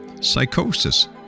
psychosis